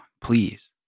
please